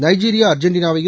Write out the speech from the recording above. Nigeria அர்ஜென்டினாவையும்